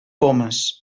pomes